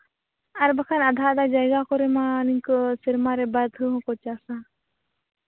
ᱟᱨ ᱵᱟᱠᱷᱟᱱ ᱟᱫᱷᱟ ᱟᱫᱷᱟ ᱡᱟᱭᱜᱟ ᱠᱚᱨᱮ ᱢᱟ ᱱᱤᱝᱠᱟᱹ ᱥᱮᱨᱢᱟ ᱨᱮ ᱵᱟᱨ ᱫᱷᱟᱣ ᱦᱚᱸᱠᱚ ᱪᱟᱥᱼᱟ